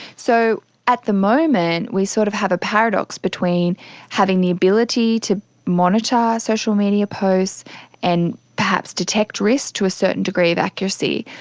so at the moment we sort of have a paradox between having the ability to monitor social media posts and perhaps detect risk to a certain degree of accuracy,